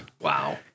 Wow